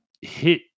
hit